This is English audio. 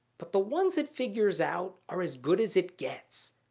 but the ones it figures out are as good as it gets.